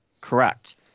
correct